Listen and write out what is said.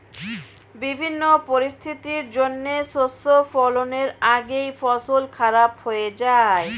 বিভিন্ন পরিস্থিতির জন্যে শস্য ফলনের আগেই ফসল খারাপ হয়ে যায়